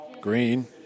Green